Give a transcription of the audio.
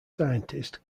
scientist